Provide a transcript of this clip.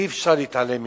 אי-אפשר להתעלם מכך.